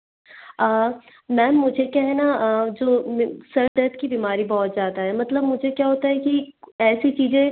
ma'am मुझे क्या है ना जो सर दर्द की बिमारी बहुत ज़्यादा है मतलब मुझे क्या होता है कि ऐसी चीज़ें